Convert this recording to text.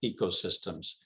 ecosystems